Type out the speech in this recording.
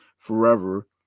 forever